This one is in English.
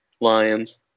lions